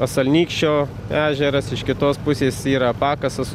asalnykščio ežeras iš kitos pusės yra pakasas